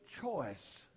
choice